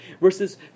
Verses